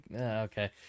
okay